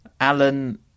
Alan